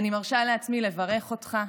אני מרשה לעצמי לברך אותך,